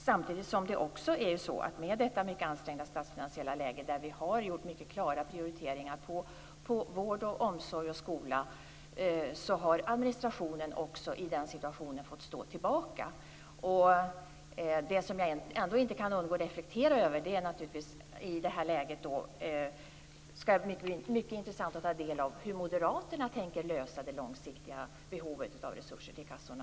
Samtidigt är det så att med detta mycket ansträngda statsfinansiella läge, där vi har gjort mycket klara prioriteringar på vård, omsorg och skola, har administrationen fått stå tillbaka. Det jag ändå inte kan undgå att reflektera över i det här läget är att det skall bli mycket intressant att ta del av hur Moderaterna tänker lösa detta med det långsiktiga behovet av resurser till kassorna.